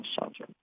shelter